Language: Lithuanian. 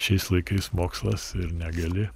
šiais laikais mokslas ir negali